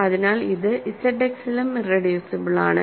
അതിനാൽ ഇത് ഇസഡ് എക്സ്സിലും ഇറെഡ്യൂസിബിൾ ആണ്